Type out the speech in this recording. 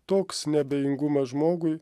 toks neabejingumas žmogui